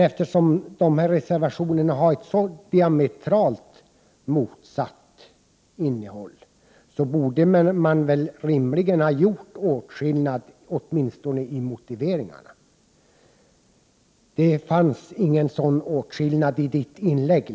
Eftersom de här reservationerna har så diametralt motsatta inriktningar borde man väl åtminstone i motiveringarna rimligen ha gjort någon åtskillnad, men det fanns ingen sådan åtskillnad i Leif Marklunds inlägg.